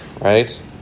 right